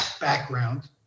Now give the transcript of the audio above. background